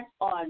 on